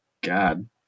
God